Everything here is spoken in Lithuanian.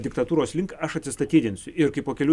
diktatūros link aš atsistatydinsiu ir kai po kelių